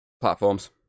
platforms